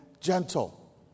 gentle